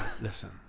Listen